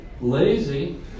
lazy